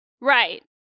right